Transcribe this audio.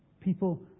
People